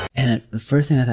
and the first thing i thought